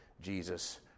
Jesus